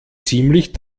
ziemlich